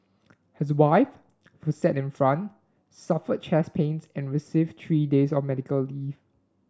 his wife who sat in front suffered chest pains and received three days of medical leave